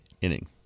inning